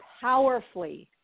powerfully